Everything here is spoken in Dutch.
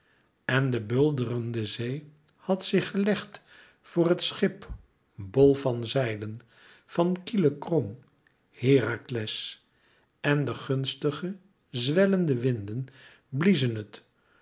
en de bulderende zee had zich gelegd voor het schip bol van zeilen van kiele krom herakles en de gunstige zwellende winden bliezen het